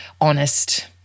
honest